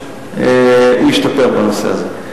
הוא השתפר בנושא הזה.